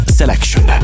selection